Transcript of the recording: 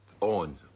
on